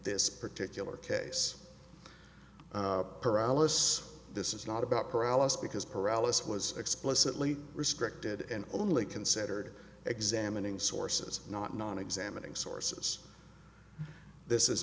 this particular case paralysis this is not about paralysis because paralysis was explicitly restricted and only considered examining sources not not examining sources this is